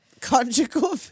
Conjugal